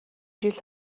жил